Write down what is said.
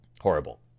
Horrible